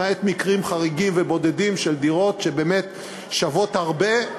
למעט מקרים חריגים ובודדים של דירות שבאמת שוות הרבה.